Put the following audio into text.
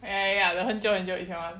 ya ya ya the 很久很久很久以前 [one]